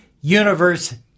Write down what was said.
universe